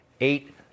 eight